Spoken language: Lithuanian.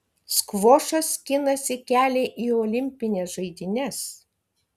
skvošas skinasi kelią į olimpines žaidynes